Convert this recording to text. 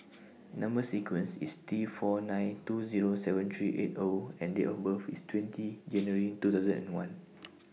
Number sequence IS T four nine two Zero seven three eight O and Date of birth IS twentyJanuary two thousand and one